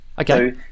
Okay